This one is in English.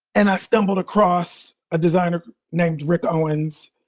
and i stumbled across a designer named rick owens.